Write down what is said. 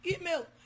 email